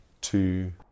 two